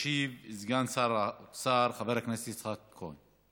ישיב סגן השר חבר הכנסת יצחק כהן.